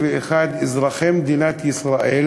של 51 אזרחי מדינת ישראל,